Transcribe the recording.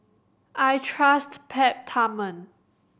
I trust Peptamen